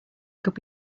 could